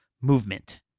movement